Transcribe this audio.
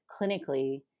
clinically